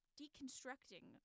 deconstructing